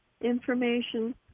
information